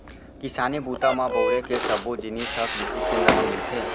किसानी बूता म बउरे के सब्बो जिनिस ह कृसि केंद्र म मिलथे